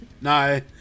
No